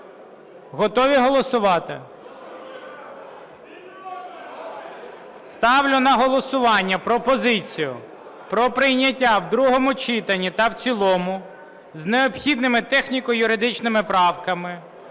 Готові голосувати? Ставлю на голосування пропозицію про прийняття в другому читанні та в цілому з необхідними техніко-юридичними правками